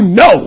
no